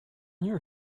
knew